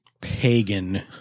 pagan